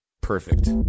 Perfect